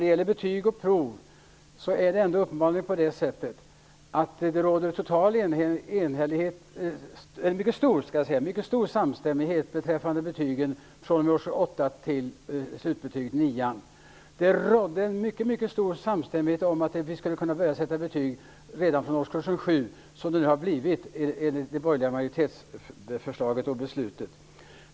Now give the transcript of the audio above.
Det råder en mycket stor samstämmighet beträffande betygen fr.o.m. årskurs 8 till slutbetyget i nian. Det rådde också en mycket stor samstämmighet om att vi skulle kunna börja sätta betyg redan från årskurs 7, och detta har nu blivit den borgerliga majoritetens beslut.